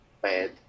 bad